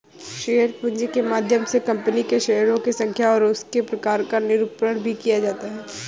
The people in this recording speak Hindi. शेयर पूंजी के माध्यम से कंपनी के शेयरों की संख्या और उसके प्रकार का निरूपण भी किया जाता है